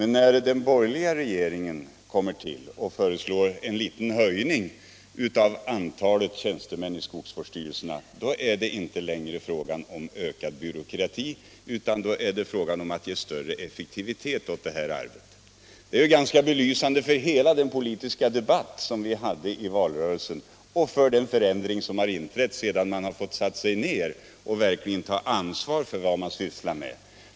När den borgerliga regeringen nu tillträtt och föreslår en höjning av antalet timmar vid skogsvårdsstyrelserna, är det inte längre fråga om ökad byråkrati utan om att ge större effektivitet åt arbetet. Det är ganska belysande för den politiska debatt som fördes i valrörelsen och för den förändring som har inträtt sedan de borgerliga partierna satte sig ner och verkligen fick ta ansvar för det de sysslar med.